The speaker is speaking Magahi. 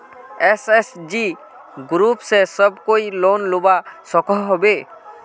एस.एच.जी ग्रूप से सब कोई लोन लुबा सकोहो होबे?